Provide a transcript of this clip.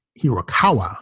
Hirokawa